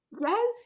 Yes